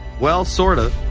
well, sort of.